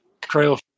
Trail